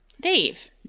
Dave